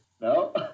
No